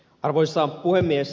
arvoisa puhemies